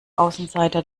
außenseiter